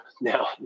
now